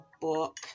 book